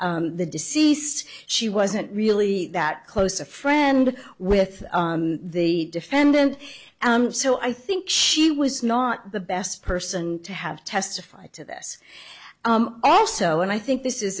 the deceased she wasn't really that close a friend with the defendant so i think she was not the best person to have testify to this also and i think this is